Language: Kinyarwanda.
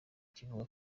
kivuga